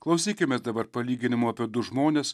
klausykimės dabar palyginimo apie du žmones